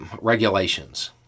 regulations